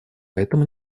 поэтому